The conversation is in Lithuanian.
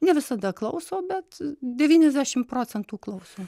ne visada klauso bet devyniasdešimt procentų klauso